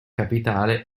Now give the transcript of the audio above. capitale